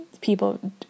people